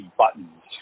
buttons